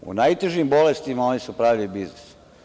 U najtežim bolestima oni su pravili biznis.